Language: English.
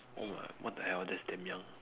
oh my what the hell that's damn young